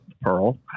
Pearl